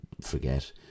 forget